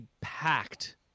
packed